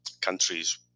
countries